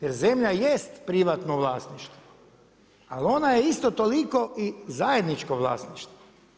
Jer zemlja jest privatno vlasništvo ali ona je isto toliko i zajedničko vlasništvo.